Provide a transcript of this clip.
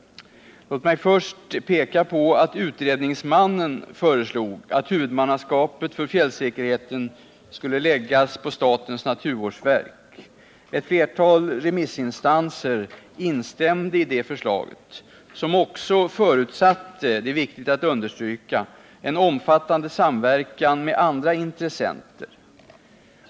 Låt mig först peka på att utredningsmannen i fjällsäkerhetsutredningen föreslog att huvudmannaskapet för fjällsäkerheten skulle läggas på statens naturvårdsverk. Ett flertal remissinstanser instämde i det förslaget, som också förutsatte — och det är viktigt att understryka —- en omfattande samverkan med andra intressenter.